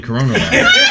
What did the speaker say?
coronavirus